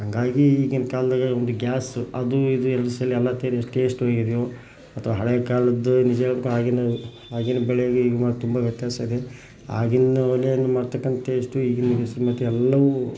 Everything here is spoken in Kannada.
ಹಂಗಾಗಿ ಈಗಿನ ಕಾಲದಾಗ ಒಂದು ಗ್ಯಾಸು ಅದು ಇದು ಎರಡು ಸೇರಿ ಎಲ್ಲ ಸೇರಿ ಎಷ್ಟೋ ಎಷ್ಟು ಏರ್ಯವು ಅಥವಾ ಹಳೆ ಕಾಲದ್ದು ನಿಜ ಹೇಳ್ಬೇಕಂದ್ರೆ ಆಗಿನ ಆಗಿನ ಬೆಲೆಯಲ್ಲಿ ಇದು ಭಾಳ ತುಂಬ ವ್ಯತ್ಯಾಸ ಇದೆ ಆಗಿನ ಒಲೆಯಲ್ಲಿ ಮಾಡತಕ್ಕಂಥ ಟೇಸ್ಟು ಈಗಿನದ್ರಲ್ಲಿ ಸಮೇತ ಎಲ್ಲವೂ